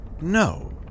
No